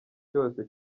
cyose